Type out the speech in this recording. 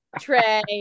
Trey